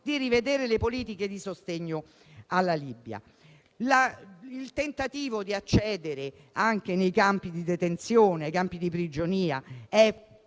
di rivedere le politiche di sostegno alla Libia. Il tentativo di accedere ai campi di detenzione, ai campi di prigionia,